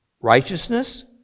righteousness